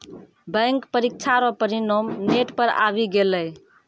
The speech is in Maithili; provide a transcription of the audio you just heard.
बैंक परीक्षा रो परिणाम नेट पर आवी गेलै